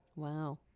Wow